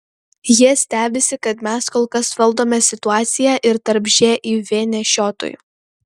jie stebisi kad mes kol kas valdome situaciją ir tarp živ nešiotojų